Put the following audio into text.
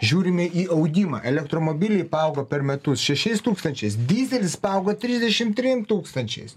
žiūrime į augimą elektromobiliai paaugo per metus šešiais tūkstančiais dyzelis paaugo trisdešimt trim tūkstančiais